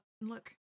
Look